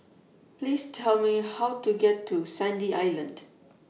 Please Tell Me How to get to Sandy Island